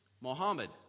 Mohammed